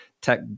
tech